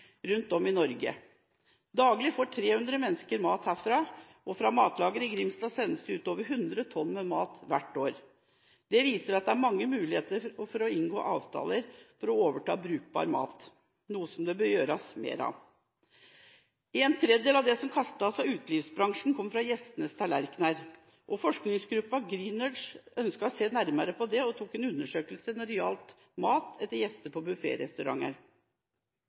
rundt om i Norge. Daglig får 300 mennesker mat herfra, og fra matlageret i Grimstad sendes det ut over 100 tonn mat hvert år. Dette viser at det er mange muligheter for å inngå avtaler om å overta brukbar mat, og noe som det bør gjøres mer av. En tredjedel av den maten som kastes i utelivsbransjen, kommer fra gjestenes tallerkener. Forskningsgruppen GreeNudge ønsket å se nærmere på dette og foretok en undersøkelse av mat etter gjester på